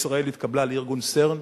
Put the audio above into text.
ישראל התקבלה לארגון CERN,